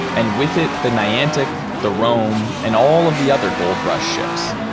and with it the niantic, the rome and all of the other gold rush ships,